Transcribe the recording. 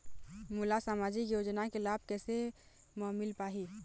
मोला सामाजिक योजना के लाभ कैसे म मिल पाही?